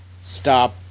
stop